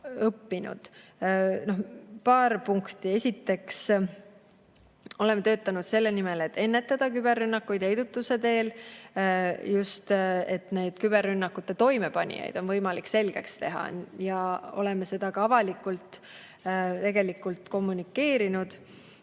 õppinud. Paar punkti. Esiteks, oleme töötanud selle nimel, et ennetada küberrünnakuid heidutuse teel. Küberrünnakute toimepanijaid on võimalik selgeks teha ja me oleme seda ka avalikult kommunikeerinud,